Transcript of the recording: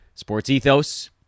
SportsEthos